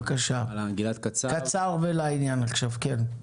בבקשה, קצר ולעניין עכשיו, כן.